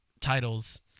titles